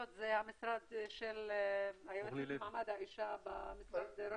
זה המשרד של היועצת למעמד האישה במשרד ראש הממשלה.